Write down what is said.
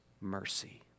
mercy